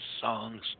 songs